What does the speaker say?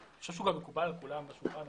חושב שהוא גם מקובל על כל היושבים מסביב לשולחן כאן.